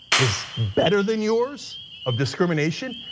is better than yours of discrimination.